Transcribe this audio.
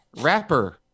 rapper